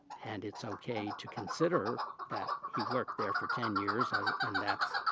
and it's okay to consider that he worked there for ten years as and that's,